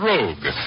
Rogue